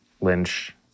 Lynch